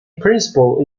principle